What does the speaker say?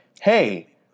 hey